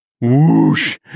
whoosh